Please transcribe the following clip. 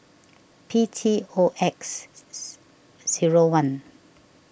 P T O X zero one